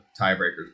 tiebreakers